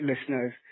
listeners